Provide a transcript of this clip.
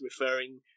referring